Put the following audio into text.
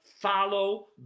follow